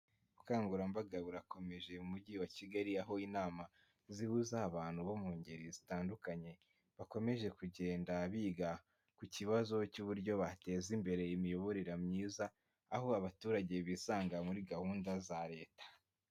Ubukangurambaga burakomeje mu Mujyi wa Kigali, aho inama zihuza abantu bo mu ngeri zitandukanye, bakomeje kugenda biga ku kibazo cy'uburyo bateza imbere imiyoborere myiza, aho abaturage bisanga muri gahunda za Leta.